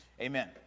Amen